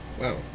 wow